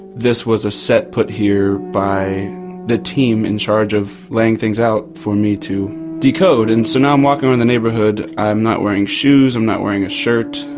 this was a set put here by the team in charge of laying things out for me to decode. and so now i'm walking around the neighbourhood, i'm not wearing shoes, i'm not wearing a shirt,